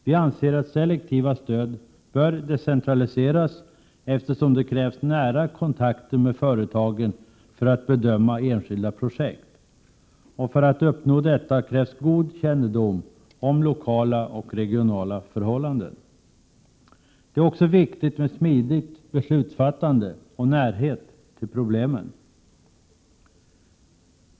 Vi anser att selektiva stöd bör decentraliseras, eftersom det krävs nära kontakter med företagen för att bedöma enskilda projekt. För att uppnå detta krävs god kännedom om lokala och regionala förhållanden. Det är också viktigt med smidigt beslutsfattande och närhet till problemen.